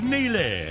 Neely